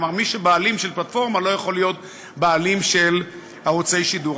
כלומר מי שבעלים של פלטפורמה לא יכול להיות בעלים של ערוצי שידור.